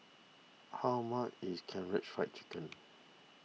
how much is Karaage Fried Chicken